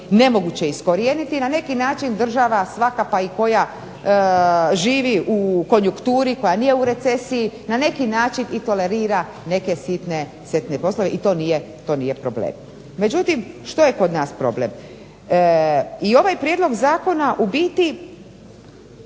nemoguće iskorijeniti. Na neki način država svaka pa i koja živi u konjukturi, koja nije u recesiji, na neki način i tolerira neke sitne poslove i to nije problem. Međutim, što je kod nas problem? I ovaj prijedlog zakona u biti